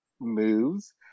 moves